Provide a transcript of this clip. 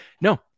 No